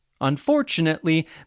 Unfortunately